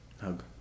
Hug